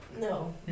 No